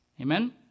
Amen